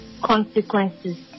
consequences